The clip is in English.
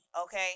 okay